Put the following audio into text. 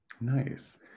Nice